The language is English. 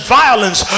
violence